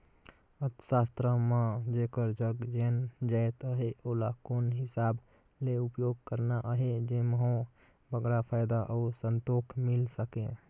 अर्थसास्त्र म जेकर जग जेन जाएत अहे ओला कोन हिसाब ले उपयोग करना अहे जेम्हो बगरा फयदा अउ संतोक मिल सके